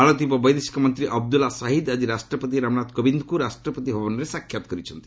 ମାଳଦ୍ୱୀପ ବୈଦେଶିକ ମନ୍ତ୍ରୀ ଅବଦୁଲ୍ଲୁ ଶାହିଦ ଆଜି ରାଷ୍ଟ୍ରପତି ରାମନାଥ କୋବିନ୍ଦଙ୍କୁ ରାଷ୍ଟ୍ରପତି ଭବନରେ ସାକ୍ଷାତ କରିଛନ୍ତି